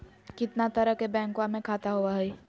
कितना तरह के बैंकवा में खाता होव हई?